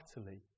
utterly